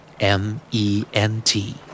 M-E-N-T